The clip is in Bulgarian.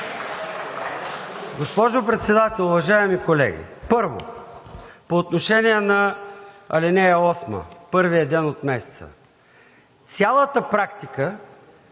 Госпожо Председател, уважаеми колеги! Първо, по отношение на ал. 8 – първият ден от месеца. В цялата практика